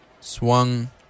Swung